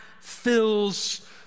fills